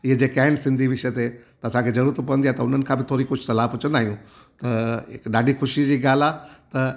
इहे जेके आहिनि सिंधी विषय ते त असांखे जरूरत पवंदी आहे त हुननि खां बि थोरी कुझु सलाह पुछंदा आहियूं त हे त ॾाढी ख़ुशी जी ॻाल्हि आहे त